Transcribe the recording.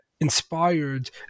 inspired